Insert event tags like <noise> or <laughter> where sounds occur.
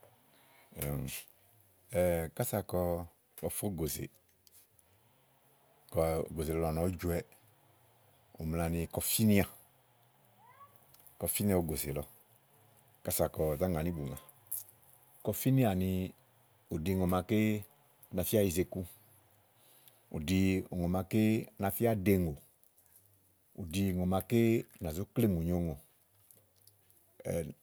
<hesitation> kása kɔ ofɛ́ ògòzè ka ògòzè lɔ nɔ̀nɔ ɔ̀ɔ jɔwɛ, ù mla ni kɔ fínɛà kɔ fínɛ ògòzè lɔ kása kɔ zá ŋa níìbùŋà. Kɔ fínɛà ni ùɖí ùŋò màaké na fíá yize iku, ù ɖi ùŋò màaké na fíá ɖe ùŋò, ù ɖi ùŋò màaké nà zó kloò ìmù nyoùŋò <hesitation> ú